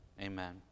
Amen